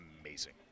amazing